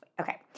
Okay